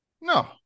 No